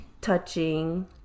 touching